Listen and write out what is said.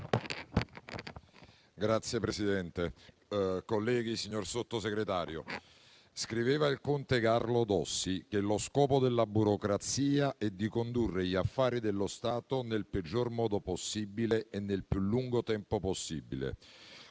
Signor Presidente, colleghi, signor Sottosegretario, scriveva il conte Carlo Dossi che lo scopo della burocrazia è condurre gli affari dello Stato nel peggior modo possibile e nel più lungo tempo possibile.